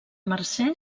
mercè